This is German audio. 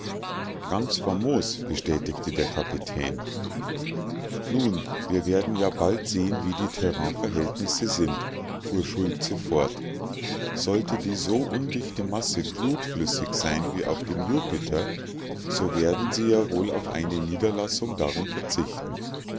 ganz famos bestätigte der kapitän nun wir werden ja bald sehen wie die terrainverhältnisse dort sind fuhr schultze fort sollte die so undichte masse glutflüssig sein wie auf dem jupiter so werden sie ja wohl auf eine niederlassung darin verzichten